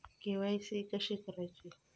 KYC कशी करायची?